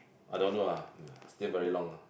I don't know ah still very long lah